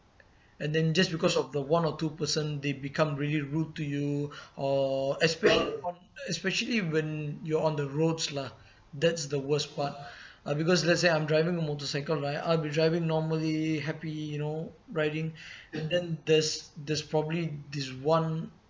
and then just because of the one or two person they become really rude to you or especially on the especially when you're on the roads lah that's the worst part uh because let's say I'm driving a motorcycle right I'll be driving normally happy you know riding and then there's there's probably this one